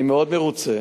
אני מאוד מרוצה